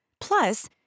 Plus